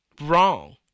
wrong